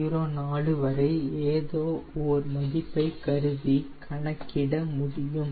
04 வரை ஏதோ ஓர் மதிப்பை கருதி கணக்கிட முடியும்